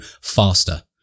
faster